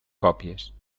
còpies